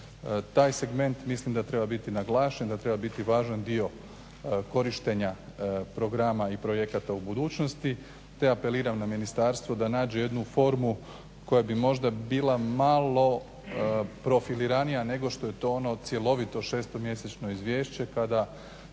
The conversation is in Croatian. Taj segment mislim da treba biti naglašen, da treba biti važan dio korištenja programa i projekata u budućnosti te apeliram na Ministarstvo da nađe jednu formu koja bi možda bila malo profiliranija nego što je to ono cjelovito šetstomjesečno izvješće kada